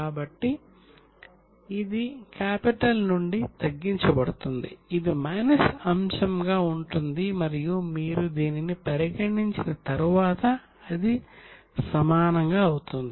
కాబట్టి ఈ net profit నుండి తగ్గించబడుతుంది ఇది మైనస్ అంశంగా ఉంటుంది మరియు మీరు దీనిని పరిగణించిన తర్వాత అది సమానంగా ఉంటుంది